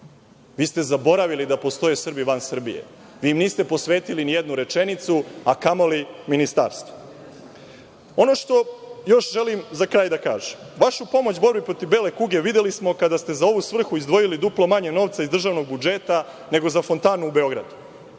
Vi ste zaboravili da postoje Srbi van Srbije. Vi im niste posvetili ni jednu rečenicu a kamoli ministarstvu. Ono što još želim za kraj da kažem, vašu pomoć borbi protiv bele kuge videli smo kada ste za ovu svrhu izdvojili duplo manje novca iz državnog budžeta nego za fontanu u Beogradu. Vašu